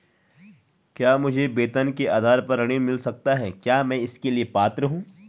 क्या मुझे वेतन के आधार पर ऋण मिल सकता है क्या मैं इसके लिए पात्र हूँ?